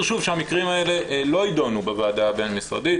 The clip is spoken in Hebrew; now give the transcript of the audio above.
שוב שהמקרים האלה לא יידונו בוועדה הבין משרדית.